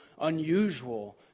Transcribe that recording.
unusual